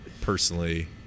personally